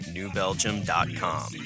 NewBelgium.com